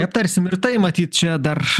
aptarsim ir tai matyt čia dar